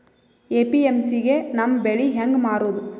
APMC ಗೆ ನಮ್ಮ ಬೆಳಿ ಹೆಂಗ ಮಾರೊದ?